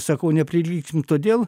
sakau neprilygsim todėl